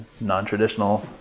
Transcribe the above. non-traditional